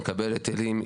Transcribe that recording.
מקבל היטלים,